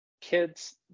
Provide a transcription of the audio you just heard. kids